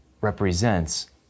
represents